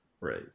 Right